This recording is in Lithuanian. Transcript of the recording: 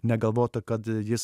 negalvotų kad jis